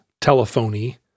telephony